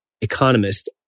economist